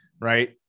right